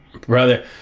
brother